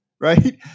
right